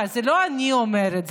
זה לא אני אומרת,